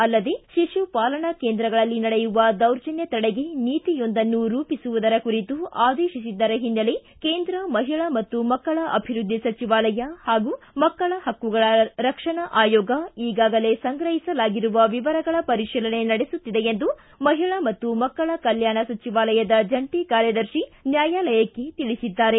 ಅಲ್ಲದೇ ಶಿಶುಪಾಲನಾ ಕೇಂದ್ರಗಳಲ್ಲಿ ನಡೆಯುವ ದೌರ್ಜನ್ಯ ತಡೆಗೆ ನೀತಿಯೊಂದನ್ನು ರೂಪಿಸುವುದರ ಕುರಿತು ಆದೇತಿಸಿದ್ದರ ಹಿನ್ನೆಲೆ ಕೇಂದ್ರ ಮಹಿಳಾ ಮತ್ತು ಮಕ್ಕಳ ಅಭಿವೃದ್ದಿ ಸಚಿವಾಲಯ ಹಾಗೂ ಮಕ್ಕಳ ಹಕ್ಕುಗಳ ರಕ್ಷಣಾ ಆಯೋಗ ಈಗಾಗಲೇ ಸಂಗ್ರಹಿಸಲಾಗಿರುವ ವಿವರಗಳ ಪರೀಶಿಲನೆ ನಡೆಸುತ್ತಿದೆ ಎಂದು ಮಹಿಳಾ ಮತ್ತು ಮಕ್ಕಳ ಕಲ್ಕಾಣ ಸಚಿವಾಲಯದ ಜಂಟ ಕಾರ್ಯದರ್ಶಿ ನ್ಯಾಯಾಲಯಕ್ಕೆ ತಿಳಿಸಿದ್ದಾರೆ